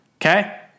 okay